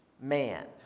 man